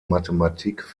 mathematik